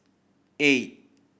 eight